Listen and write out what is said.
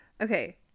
Okay